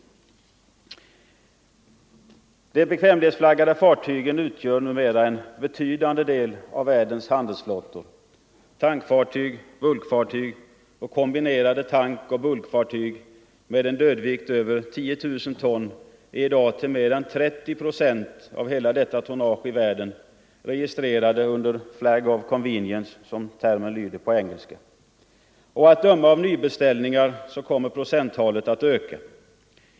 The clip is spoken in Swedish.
De bekvämlighetsflaggade fartygen utgör numera en betydande del av världens handelsflotta. Tankfartyg, bulkfartyg och kombinerade tankoch bulkfartyg med en dödvikt över 10 000 ton är i dag till mer än 30 procent registrerade under flag of convenience, som termen lyder på engelska. Och att döma av nybeställningar kommer procenttalet att öka.